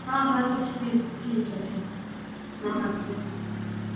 हाँ हाँ तो ठीक ठीक है ठीक है नमस्ते